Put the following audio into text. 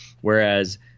whereas